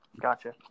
Gotcha